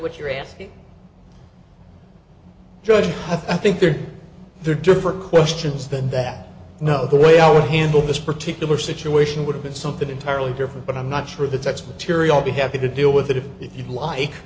what you're asking just i think there are different questions than that now the way i would handle this particular situation would have been something entirely different but i'm not sure that such material be happy to deal with it if you'd like